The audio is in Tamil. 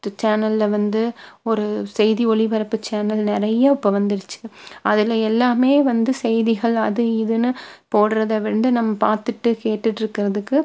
சேனல்ல வந்து ஒரு செய்தி ஒளிபரப்பு சேனல் நிறைய இப்போ வந்துருச்சு அதில் எல்லாமே வந்து செய்திகள் அது இதுன்னு போடுறத வந்து நம்ம பார்த்துட்டு கேட்டுட்ருக்கிறதுக்கு